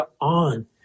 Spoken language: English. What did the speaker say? on